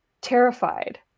terrified